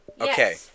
okay